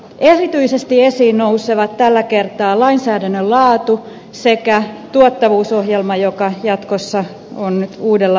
erityisesti esiin nousevat tällä kertaa lainsäädännön laatu sekä tuottavuusohjelma joka jatkossa on nyt uudella nimellä